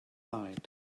sight